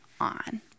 on